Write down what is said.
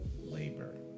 labor